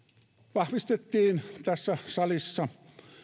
vahvistettiin tässä salissa